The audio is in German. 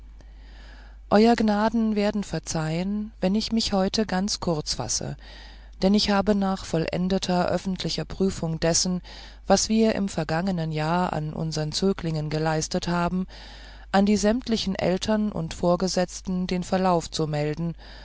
euer gnaden werden verzeihen wenn ich mich heute ganz kurz fasse denn ich habe nach vollendeter öffentlicher prüfung dessen was wir im vergangenen jahr an unsern zöglingen geleistet haben an die sämtlichen eltern und vorgesetzten den verlauf zu melden